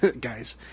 guys